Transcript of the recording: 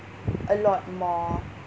a lot more